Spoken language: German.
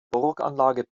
burganlage